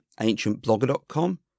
ancientblogger.com